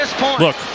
Look